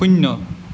শূন্য